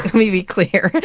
me be clear.